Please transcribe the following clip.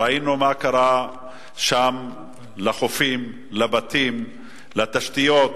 ראינו מה קרה שם לחופים, לבתים לתשתיות,